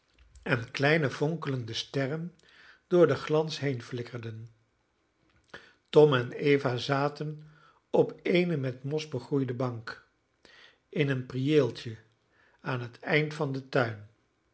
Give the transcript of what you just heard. en kleine fonkelende sterren door den glans heenflikkerden tom en eva zaten op eene met mos begroeide bank in een priëeltje aan het eind van den tuin